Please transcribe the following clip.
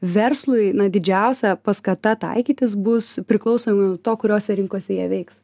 verslui na didžiausia paskata taikytis bus priklausomai nuo to kuriose rinkose jie veiks